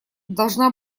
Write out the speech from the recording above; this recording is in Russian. должна